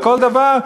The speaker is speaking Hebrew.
בכל דבר,